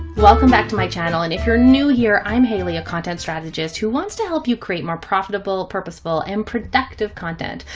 welcome back to my channel. and if you're new here, i'm hailey, a content strategist who wants to help you create more profitable, purposeful, and productive content.